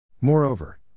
Moreover